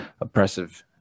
oppressive